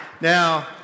Now